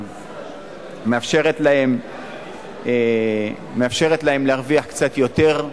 מאפשרת להם להרוויח קצת יותר,